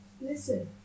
Listen